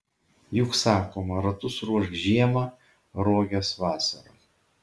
juk sakoma ratus ruošk žiemą roges vasarą